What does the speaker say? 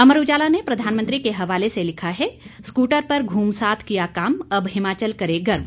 अमर उजाला ने प्रधानमंत्री के हवाले से लिखा है स्कूटर पर घूम साथ किया काम अब हिमाचल करे गर्व